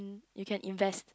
you can invest